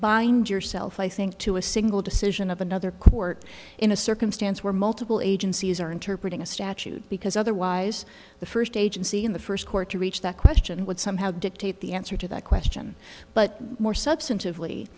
bind yourself to a single decision of another court in a circumstance where multiple agencies are interpreting a statute because otherwise the first agency in the first court to reach that question would somehow dictate the answer to that question but more substantive